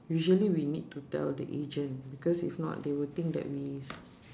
usually we need to tell the agent because if not they will think that we